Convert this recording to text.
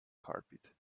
carpet